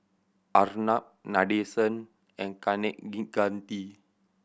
Arnab Nadesan and Kaneganti